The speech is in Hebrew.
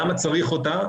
למה צריך אותה?